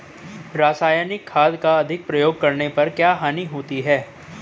रासायनिक खाद का अधिक प्रयोग करने पर क्या हानि होती है?